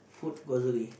food grocery